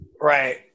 Right